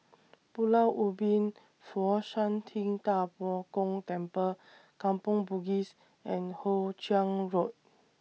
Pulau Ubin Fo Shan Ting DA Bo Gong Temple Kampong Bugis and Hoe Chiang Road